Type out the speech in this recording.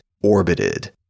orbited